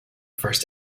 first